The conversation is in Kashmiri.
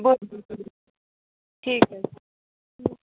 ٹھیٖک حظ